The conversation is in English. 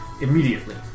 immediately